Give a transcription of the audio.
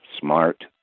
smart